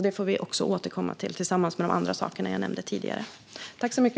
Den frågan får vi återkomma till tillsammans med de andra saker som jag nämnde tidigare.